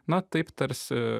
na taip tarsi